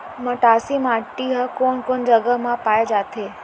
मटासी माटी हा कोन कोन जगह मा पाये जाथे?